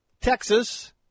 Texas